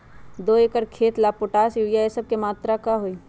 दो एकर खेत के ला पोटाश, यूरिया ये सब का मात्रा होई?